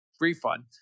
refund